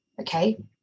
okay